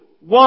One